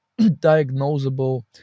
diagnosable